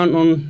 on